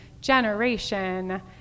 generation